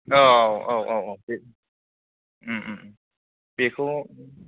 औ औ औ औ दे ओम ओम ओम बेखौ